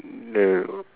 the